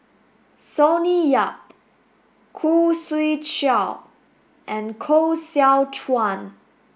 Sonny Yap Khoo Swee Chiow and Koh Seow Chuan